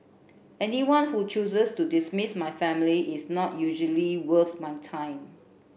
anyone who chooses to dismiss my family is not usually worth my time